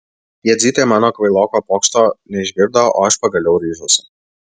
jadzytė mano kvailoko pokšto neišgirdo o aš pagaliau ryžausi